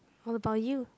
what about you